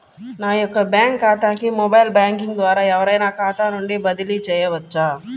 నా యొక్క బ్యాంక్ ఖాతాకి మొబైల్ బ్యాంకింగ్ ద్వారా ఎవరైనా ఖాతా నుండి డబ్బు బదిలీ చేయవచ్చా?